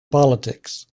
politics